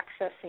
accessing